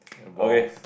okay